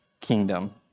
kingdom